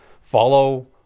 Follow